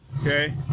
okay